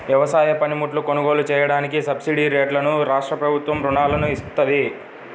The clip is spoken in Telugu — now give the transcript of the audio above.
వ్యవసాయ పనిముట్లు కొనుగోలు చెయ్యడానికి సబ్సిడీరేట్లలో రాష్ట్రప్రభుత్వం రుణాలను ఇత్తంది